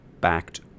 backed